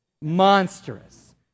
Monstrous